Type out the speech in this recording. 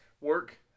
work